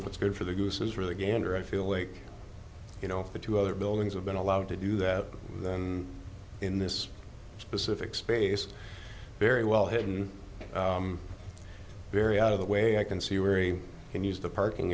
what's good for the goose is really gander i feel like you know if the two other buildings have been allowed to do that then in this specific space very well hidden very out of the way i can see where e can use the parking